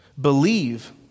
Believe